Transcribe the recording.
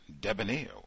debonair